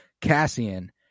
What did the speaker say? Cassian